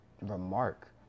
remark